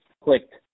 clicked